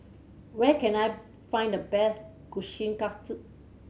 where can I find the best Kushikatsu